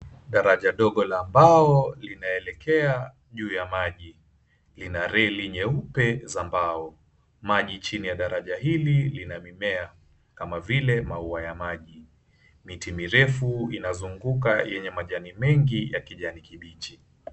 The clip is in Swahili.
Daraja dogo la mbao linaelekea juu ya maji, lina reli nyeupe za mbao, maji chini ya daraja hili lina mimea, kama vile maua ya maji. Miti mirefu inazunguka yenye majani mengi ya kijani kibichi.